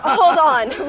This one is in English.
hold on.